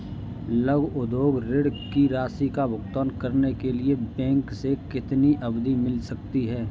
लघु उद्योग ऋण की राशि का भुगतान करने के लिए बैंक से कितनी अवधि मिल सकती है?